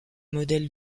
modèles